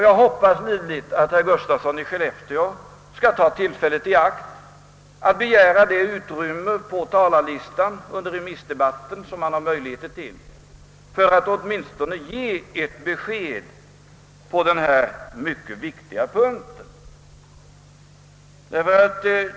Jag hoppas livligt att herr Gustafsson i Skellefteå skall ta tillfället i akt att begära det utrymme på talarlistan för remissdebatten som han har möjlighet till för att åtminstone ge ett besked på den na mycket viktiga punkt.